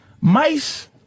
Mice